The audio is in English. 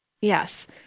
Yes